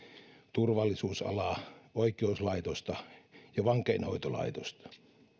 turvallisuusalaa oikeuslaitosta ja vankeinhoitolaitosta